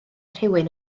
rhywun